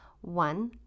One